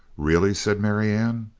really? said marianne.